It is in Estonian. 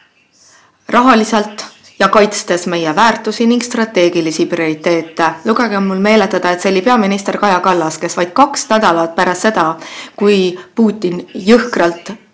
rahaliselt, kaitstes meie väärtusi ning strateegilisi prioriteete. Lubage mul meenutada, et peaminister Kaja Kallas oli see, kes vaid kaks nädalat pärast Putini jõhkrat